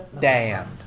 damned